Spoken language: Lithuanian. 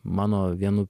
mano vienų